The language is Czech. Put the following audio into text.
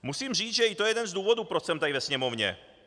Musím říct, že to je i jeden z důvodů, proč jsem tady ve Sněmovně.